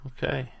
Okay